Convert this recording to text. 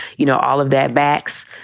you know, all of that backs.